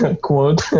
quote